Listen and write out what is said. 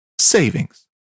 savings